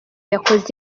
yakoze